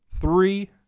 three